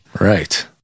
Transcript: right